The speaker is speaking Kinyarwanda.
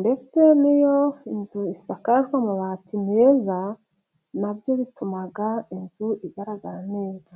ndetse n'iyo inzu isakakajwe n'amabati meza, nabyo bituma inzu igaragara neza.